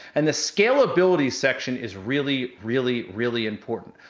and the scalability section, is really, really, really important.